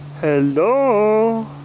Hello